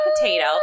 potato